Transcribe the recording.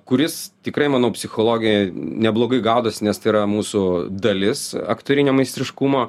kuris tikrai manau psichologijoj neblogai gaudosi nes tai yra mūsų dalis aktorinio meistriškumo